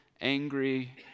angry